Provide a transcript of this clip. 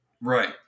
Right